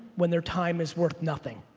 when their time is worth nothing.